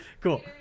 Cool